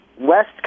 West